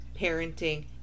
parenting